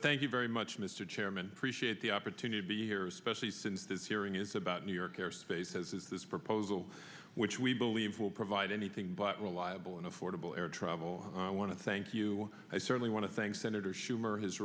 thank you very much mr chairman prescience the opportunity to be here especially since this hearing is about new york airspace as is this proposal which we believe will provide anything but we're liable in affordable air travel i want to thank you i certainly want to thank senator schumer his